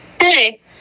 Hey